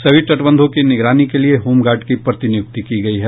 सभी तटबंधों की निगरानी के लिये होमगार्ड की प्रतिनियुक्ति की गयी है